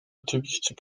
oczywiście